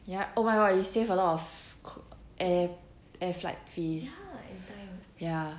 ya oh my god you save a lot of ko~ air air flight fees ya